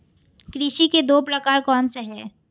कृषि के दो प्रकार कौन से हैं?